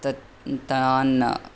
तत् तान्